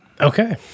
Okay